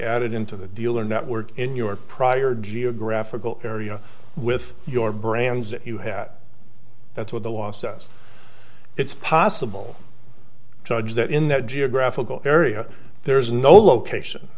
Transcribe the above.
added into the dealer network in your prior geographical area with your brands that you have that's what the law says it's possible judge that in that geographical area there is no location